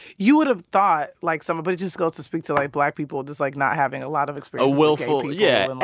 you would have thought, like but just goes to speak to, like, black people just, like, not having a lot of experience. a willful yeah, and